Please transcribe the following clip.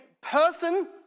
person